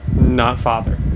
not-father